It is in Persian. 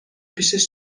پیشش